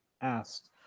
asked